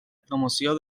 promoció